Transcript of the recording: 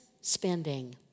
spending